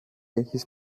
έχεις